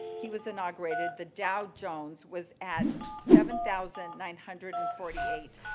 he was inaugurated, the dow jones was at seven thousand nine hundred and forty eight.